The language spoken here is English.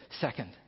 Second